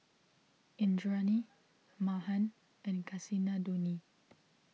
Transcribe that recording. Indranee Mahan and Kasinadhuni